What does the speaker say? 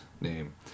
name